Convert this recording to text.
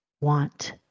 want